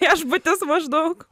viešbutis maždaug